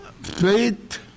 Faith